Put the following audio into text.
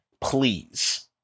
please